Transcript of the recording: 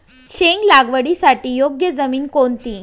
शेंग लागवडीसाठी योग्य जमीन कोणती?